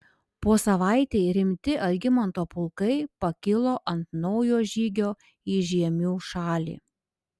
po savaitei rimti algimanto pulkai pakilo ant naujo žygio į žiemių šalį